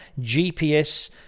GPS